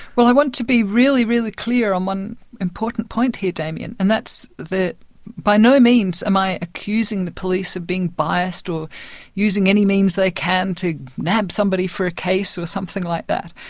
well, i want to be really, really clear on one important point here, damien, and that's that by no means am i accusing the police of being biased or using any means they can to nab somebody for a case, or something like that.